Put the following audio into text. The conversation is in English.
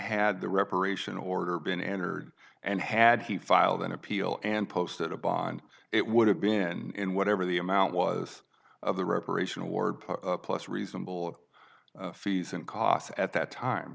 had the reparation order been entered and had he filed an appeal and posted a bond it would have been whatever the amount was of the reparation award plus reasonable fees and costs at that time